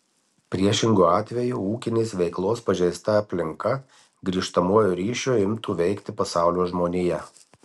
priešingu atveju ūkinės veiklos pažeista aplinka grįžtamuoju ryšiu imtų veikti pasaulio žmoniją